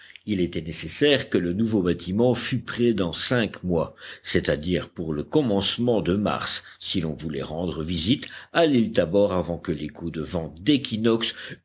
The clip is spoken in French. il était nécessaire que le nouveau bâtiment fût prêt dans cinq mois c'est-à-dire pour le commencement de mars si l'on voulait rendre visite à l'île tabor avant que les coups de vent d'équinoxe